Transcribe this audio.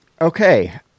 Okay